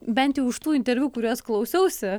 bent jau už tų interviu kuriuos klausiausi